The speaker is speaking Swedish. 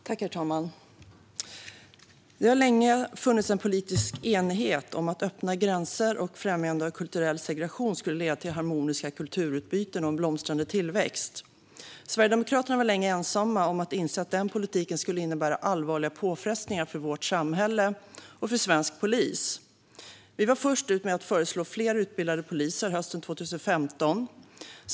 Herr talman! Det har länge funnits en politisk enighet om att öppna gränser och främjande av kulturell segregation skulle leda till harmoniska kulturutbyten och en blomstrande tillväxt. Sverigedemokraterna var länge ensamma om att inse att den politiken skulle innebära allvarliga påfrestningar för vårt samhälle och för svensk polis. Sverigedemokraterna var först ut med att föreslå fler utbildade poliser hösten 2015.